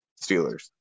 Steelers